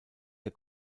der